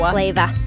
Flavor